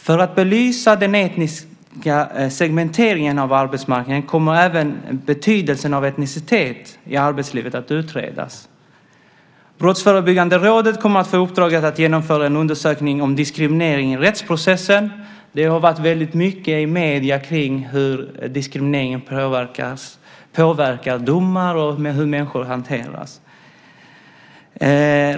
För att belysa den etniska segmenteringen av arbetsmarknaden kommer betydelsen av etnicitet i arbetslivet att utredas. Brottsförebyggande rådet kommer att få uppdraget att genomföra en undersökning om diskriminering i rättsprocessen. Det har ju talats väldigt mycket i medierna om hur diskrimineringen påverkar domar och hur människor hanteras.